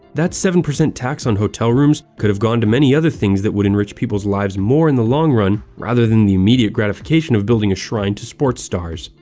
that seven percent tax on hotel rooms could've gone to many other things that would enrich people's lives more in the long run rather than the immediate gratification of building a shrine to sports stars.